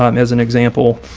ah and as an example,